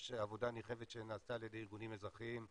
יש עבודה נרחבת שנעשתה על ידי ארגונים אזרחיים,